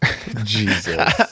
Jesus